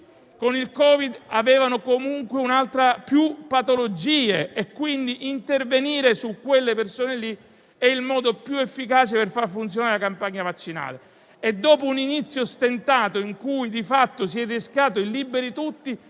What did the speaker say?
del Covid aveva comunque una o più patologie. Intervenire su quelle persone è quindi il modo più efficace per far funzionare la campagna vaccinale. E dopo un inizio stentato, in cui di fatto si è rischiato il "liberi tutti"